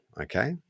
Okay